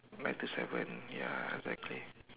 nine two seven ya exactly